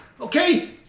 Okay